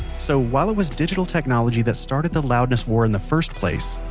so while it was digital technology that started the loudness war in the first place,